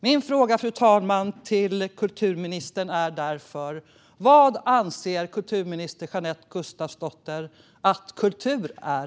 Min fråga till kulturministern är därför: Vad anser kulturminister Jeanette Gustafsdotter att kultur är?